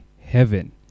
Heaven